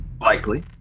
Likely